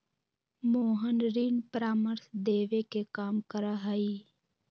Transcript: मोहन ऋण परामर्श देवे के काम करा हई